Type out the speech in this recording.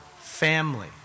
family